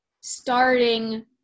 starting